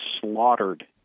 slaughtered